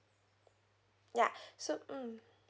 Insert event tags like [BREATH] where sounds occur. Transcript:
ya [BREATH] so mm